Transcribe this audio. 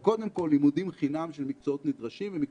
קודם כול, לימודים חינם של מקצועות נדרשים,